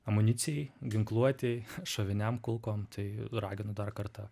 amunicijai ginkluotei šoviniam kulkom tai raginu dar kartą